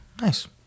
nice